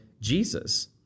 Jesus